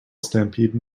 stampede